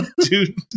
Dude